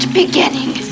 beginning